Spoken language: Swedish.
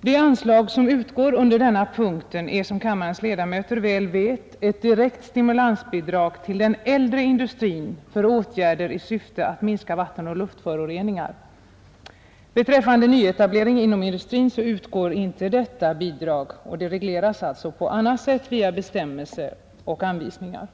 Det anslag som utgår under denna punkt är, som kammarens ledamöter väl vet, ett direkt stimulansbidrag till den äldre industrin för åtgärder i syfte att minska vattenoch luftföroreningarna. Beträffande nyetablering inom industrin utgår inte detta bidrag. Där regleras de vattenoch luftvårdande åtgärderna via bestämmelser och anvisningar.